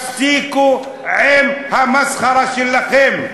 תפסיקו עם המסחרה שלכם.